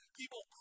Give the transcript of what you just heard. people